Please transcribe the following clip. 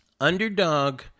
underdog